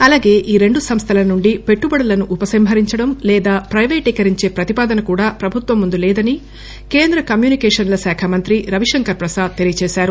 అలాగే ఈ రెండు సంస్లల నుండి పెట్టుబడులను ఉపసంహరించడం లేదా పైవేటీకరించే ప్రతిపాదన కూడా ప్రభుత్వం ముందు లేదని కేంద్ర కమ్యూనికేషన్ల శాఖ మంత్రి రవిశంకర్ ప్రసాద్ తెలియజేసారు